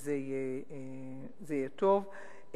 זה יהיה טוב.